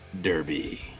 Derby